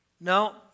No